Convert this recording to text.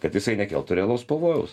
kad jisai nekeltų realaus pavojaus